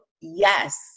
Yes